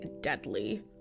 deadly